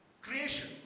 creation